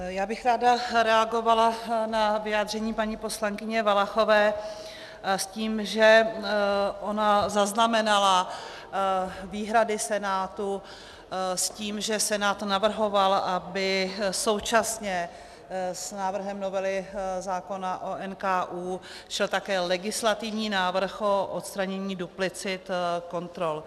Já bych ráda reagovala na vyjádření paní poslankyně Valachové s tím, že ona zaznamenala výhrady Senátu s tím, že Senát navrhoval, aby současně s návrhem novely zákona o NKÚ šel také legislativní návrh o odstranění duplicit kontrol.